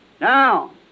now